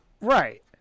Right